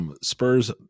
Spurs